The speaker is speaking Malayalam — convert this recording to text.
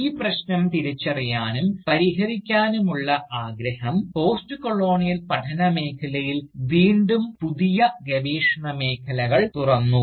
ഈ പ്രശ്നം തിരിച്ചറിയാനും പരിഹരിക്കാനുമുള്ള ആഗ്രഹം പോസ്റ്റ്കൊളോണിയൽ പഠനമേഖലയിൽ വീണ്ടും പുതിയ ഗവേഷണ മേഖലകൾ തുറന്നു